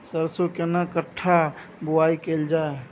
सरसो केना कट्ठा बुआई कैल जाय?